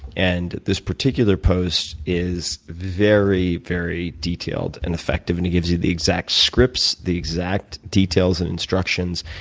and this particular post is very, very detailed and effective. and it gives you the exact scripts, the exact details and instructions.